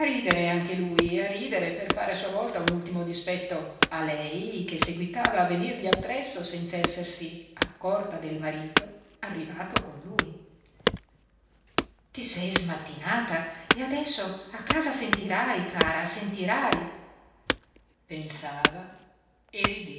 anche lui a ridere per fare a sua volta un ultimo dispetto a lei che seguitava a venirgli appresso senz'essersi accorta del marito arrivato con lui ti sei smattinata e adesso a casa sentirai cara sentirai pensava e rideva